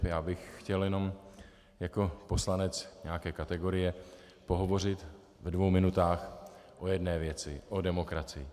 Já bych chtěl jenom jako poslanec nějaké kategorie pohovořit ve dvou minutách o jedné věci o demokracii.